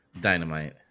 Dynamite